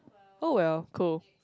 oh well cool